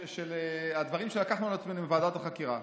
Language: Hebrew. הדברים שלקחנו על עצמנו מוועדת החקירה.